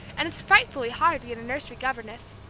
and it's frightfully hard to get a nursery governess.